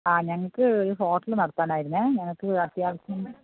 ആ ഞങ്ങൾക്ക് ഒരു ഹോട്ടല് നടത്താൻ ആയിരുന്നു ഞങ്ങൾക്ക് അത്യാവശ്യം